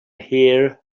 here